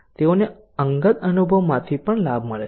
તેઓ ને અંગત અનુભવ માથી પણ લાભ મળે છે